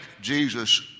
Jesus